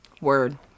word